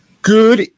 Good